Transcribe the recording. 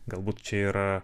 galbūt čia yra